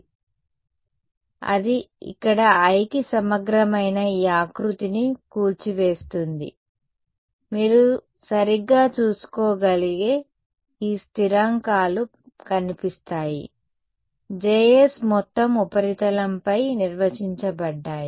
కాబట్టి అది ఇక్కడ I కి సమగ్రమైన ఈ ఆకృతిని కూల్చివేస్తుంది మీరు సరిగ్గా చూసుకోగలిగే ఈ స్థిరాంకాలు కనిపిస్తాయి Js మొత్తం ఉపరితలంపై నిర్వచించబడ్డాయి